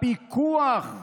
הפיקוח,